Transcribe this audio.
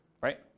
right